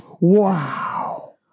Wow